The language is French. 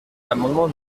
l’amendement